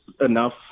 enough